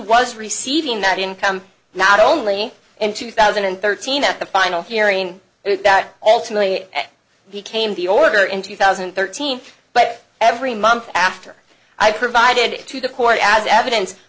was receiving that income not only in two thousand and thirteen at the final hearing that alternately became the order in two thousand and thirteen but every month after i provided it to the court as evidence